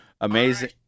amazing